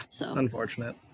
Unfortunate